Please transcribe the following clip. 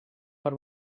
per